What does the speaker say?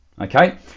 okay